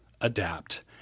adapt